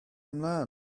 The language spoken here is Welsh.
ymlaen